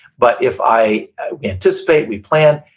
but, if i anticipate, we plan,